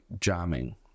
jamming